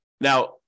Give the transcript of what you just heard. Now